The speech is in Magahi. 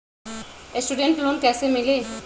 स्टूडेंट लोन कैसे मिली?